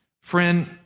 Friend